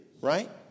right